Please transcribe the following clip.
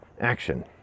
action